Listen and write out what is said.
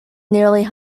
nearly